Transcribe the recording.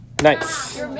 Nice